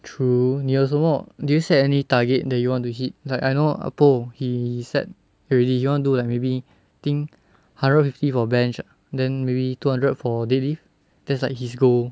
true 你有什么 did you set any target that you want to hit like I know ah bo he set already he want do like maybe think hundred fifty for bench then maybe two hundred for deadlift that's like his goal